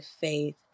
faith